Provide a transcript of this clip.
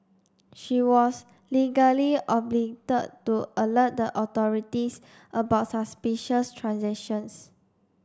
she was legally to alert the authorities about suspicious transactions